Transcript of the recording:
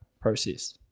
process